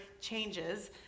changes